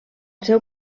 seu